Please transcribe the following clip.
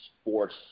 sports